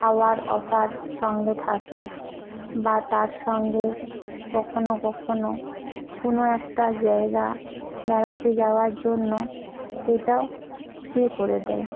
খাওয়ার অফার সঙ্গে থাকে বা তার সঙ্গে কখনও কখনও কোনো একটা জায়গা বেড়াতে যাওয়ার জন্য সেটাও ফ্রি করে দেয়